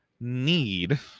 need